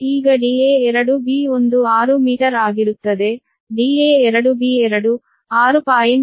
ಈಗ da2b1 6 metre ಆಗಿರುತ್ತದೆ da2b2 6